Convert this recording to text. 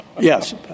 Yes